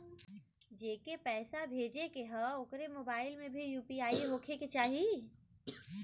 जेके पैसा भेजे के ह ओकरे मोबाइल मे भी यू.पी.आई होखे के चाही?